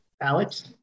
Alex